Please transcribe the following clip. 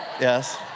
Yes